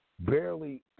Barely